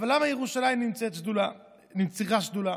אבל למה ירושלים צריכה שדולה?